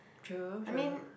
true true